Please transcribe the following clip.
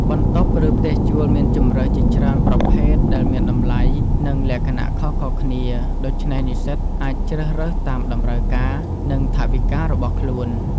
បន្ទប់ ឬផ្ទះជួលមានជម្រើសជាច្រើនប្រភេទដែលមានតម្លៃ និងលក្ខណៈខុសៗគ្នា ដូច្នេះនិស្សិតអាចជ្រើសរើសតាមតម្រូវការ និងថវិការបស់ខ្លួន។